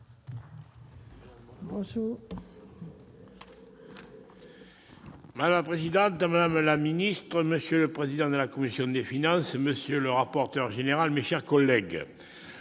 Madame la présidente, madame la secrétaire d'État, monsieur le président de la commission des finances, monsieur le rapporteur général, mes chers collègues,